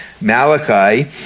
Malachi